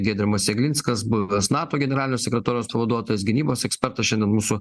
giedrimas jeglinskas buvęs nato generalinio sekretoriaus pavaduotojas gynybos ekspertas šiandien mūsų